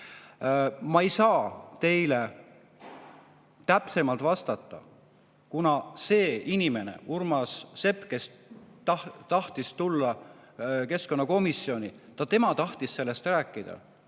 Ma ei saa teile täpsemalt vastata, kuna see inimene, Urmas Sepp, kes tahtis tulla keskkonnakomisjoni ja sellest rääkida,